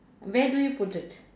where do you put it